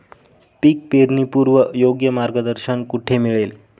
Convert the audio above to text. पीक पेरणीपूर्व योग्य मार्गदर्शन कुठे मिळेल?